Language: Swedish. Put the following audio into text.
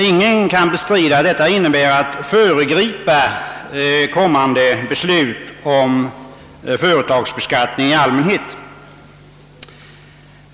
Ingen kan bestrida att detta innebär ett föregripande av kommande beslut om företagsbeskattningen i allmänhet.